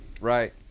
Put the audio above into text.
right